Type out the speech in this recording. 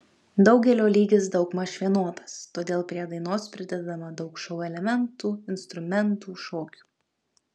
daugelio lygis daugmaž vienodas todėl prie dainos pridedama daug šou elementų instrumentų šokių